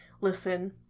listen